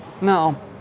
no